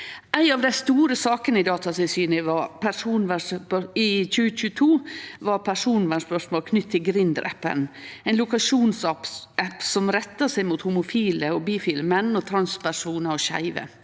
Ei av dei store sakene for Datatilsynet i 2022 var personvernspørsmål knytt til appen Grindr, ein lokasjonsapp som rettar seg mot homofile og bifile menn, transpersonar og skeive.